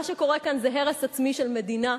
מה שקורה כאן זה הרס עצמי של מדינה,